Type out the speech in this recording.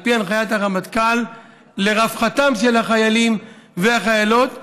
לרווחתם של החיילים והחיילות,